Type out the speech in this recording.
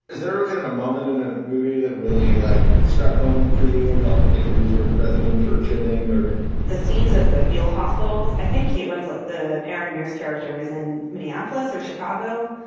is there kind of a moment in a movie that really, like, struck home for you or felt particularly sort of resonant or chilling or the scenes at the field hospitals? i think kate winslet, the aaron mears character, is in minneapolis or chicago,